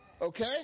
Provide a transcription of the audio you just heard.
Okay